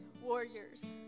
warriors